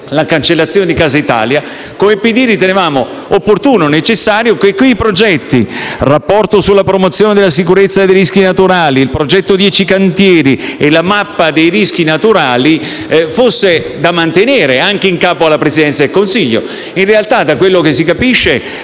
la cancellazione di Casa Italia, come Partito Democratico, ritenevamo opportuno e necessario che i progetti relativi al rapporto sulla promozione della sicurezza dei rischi naturali, il progetto dieci cantieri e la mappa dei rischi naturali fossero da mantenere, anche in capo alla Presidenza del Consiglio. In realtà, da quello che si capisce,